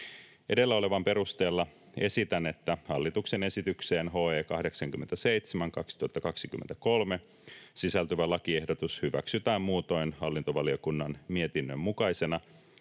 vastalauseen 1 mukaisesti, että hallituksen esitykseen HE 87/2023 sisältyvä lakiehdotus hyväksytään muutoin hallintovaliokunnan mietinnön mukaisena